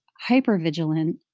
hyper-vigilant